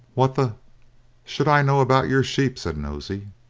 what the should i know about your sheep? said nosey.